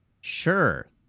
Sure